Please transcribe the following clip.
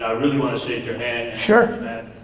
really wanna shake your hand. sure.